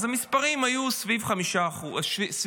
המספרים היו סביב 50%,